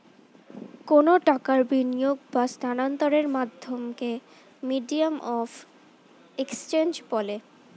কোনো টাকার বিনিয়োগ বা স্থানান্তরের মাধ্যমকে মিডিয়াম অফ এক্সচেঞ্জ বলে